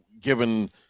given